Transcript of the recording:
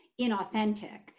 inauthentic